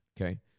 Okay